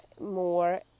more